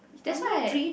that's why